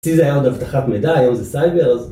אצלי זה היה עוד אבטחת מידע, היום זה סייברס